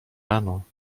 rano